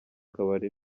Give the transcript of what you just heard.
kabari